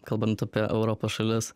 kalbant apie europos šalis